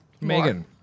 Megan